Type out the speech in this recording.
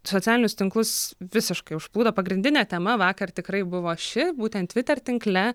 socialinius tinklus visiškai užplūdo pagrindinė tema vakar tikrai buvo ši būtent twitter tinkle